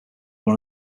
one